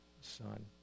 son